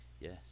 yes